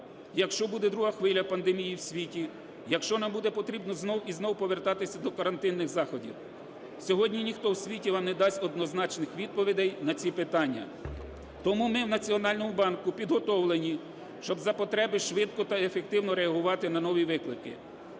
якщо буде друга хвиля пандемії в світі, якщо нам буде потрібно знову і знову повертатися до карантинних заходів, сьогодні ніхто в світі вам не дасть однозначних відповідей на ці питання. Тому ми в Національному банку підготовлені, щоб за потреби швидко та ефективно реагувати на нові виклики.